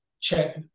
check